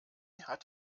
hat